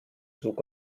zug